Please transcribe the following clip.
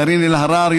קארין אלהרר,